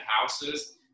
houses